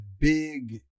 big